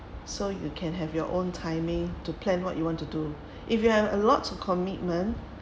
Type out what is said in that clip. so you can have your own timing to plan what you want to do if you have a lots of commitment